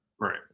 Right